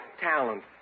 talent